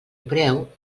preu